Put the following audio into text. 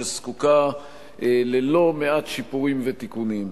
שזקוקה ללא מעט שיפורים ותיקונים.